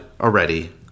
already